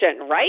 right